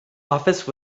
office